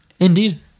Indeed